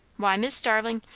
why, mis' starlin',